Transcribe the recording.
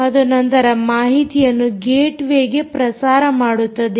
ಮತ್ತು ನಂತರ ಮಾಹಿತಿಯನ್ನು ಗೇಟ್ ವೇಗೆ ಪ್ರಸಾರ ಮಾಡುತ್ತದೆ